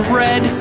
red